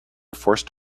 forced